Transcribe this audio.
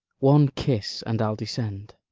one kiss, and i'll descend.